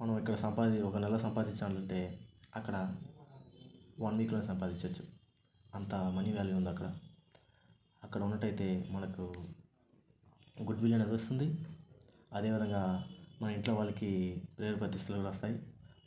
మనం ఇక్కడ సంపాది ఒక నెల సంపాదించాలి అంటే అక్కడ వన్ వీక్లోనే సంపాదించచ్చు అంతా మనీ వేల్యూ ఉంది అక్కడ అక్కడ ఉన్నట్టయితే మనకు గుడ్ విల్ అనేది వస్తుంది అదేవిధంగా మా ఇంట్లో వాళ్లకి పేరు ప్రతిష్టలు కూడా వస్తాయి